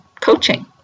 coaching